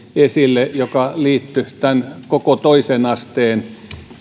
esille mikä liittyi tämän koko toisen asteen